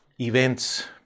events